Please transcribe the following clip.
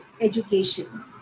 education